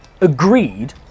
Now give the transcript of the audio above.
agreed